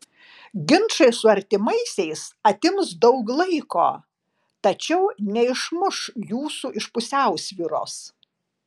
ginčai su artimaisiais atims daug laiko tačiau neišmuš jūsų iš pusiausvyros